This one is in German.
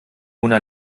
mona